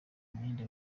imyenda